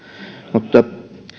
mutta